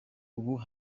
ubu